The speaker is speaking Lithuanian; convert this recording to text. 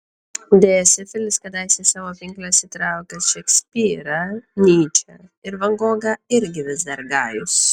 deja sifilis kadaise į savo pinkles įtraukęs šekspyrą nyčę ir van gogą irgi vis dar gajus